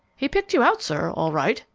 he picked you out, sir, all right,